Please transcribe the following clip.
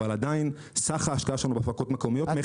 אבל עדיין סך ההשקעה שלנו בהפקות מקומיות מכסה.